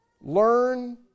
Learn